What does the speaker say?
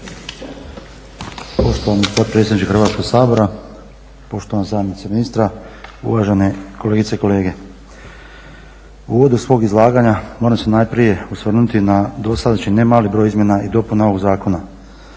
Poštovani potpredsjedniče Hrvatskoga sabora, poštovana zamjenice ministre, uvažene kolegice i kolege. U uvodu svog izlaganja moram se najprije osvrnuti na dosadašnji ne mali broj izmjena i dopuna ovog zakona.